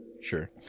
sure